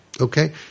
Okay